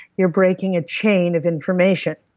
you're breaking a chain of information.